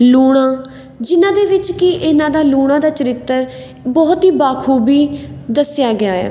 ਲੂਣਾ ਜਿਹਨਾਂ ਦੇ ਵਿੱਚ ਕਿ ਇਹਨਾਂ ਦਾ ਲੂਣਾ ਦਾ ਚਰਿੱਤਰ ਬਹੁਤ ਹੀ ਬਾਖੂਬੀ ਦੱਸਿਆ ਗਿਆ ਹੈ